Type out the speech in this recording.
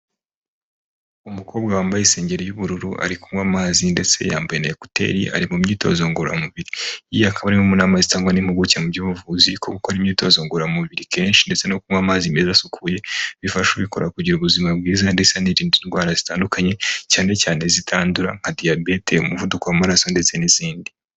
Umukobwa wambaye isengeri y'ubururu ari kunywa amazi ndetse yambune ekuteri ari mu myitozo ngororamubiri akaba ari n'inama zitangwa n'impuguke mu by'ubuvuzi ko gukora imyitozo ngororamubiri kenshi ndetse no kunywa amazi meza asukuye bifasha ubikora kugira ubuzima bwiza ndetse anirinda indwara zitandukanye cyane cyane zitandura nka diyabete, umuvuko w'amaraso ndetse n'izindi.